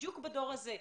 בדיוק בדור הזה,